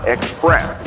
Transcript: Express